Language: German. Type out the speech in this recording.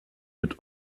mit